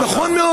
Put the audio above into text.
נכון מאוד.